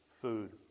food